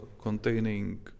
containing